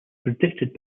predicted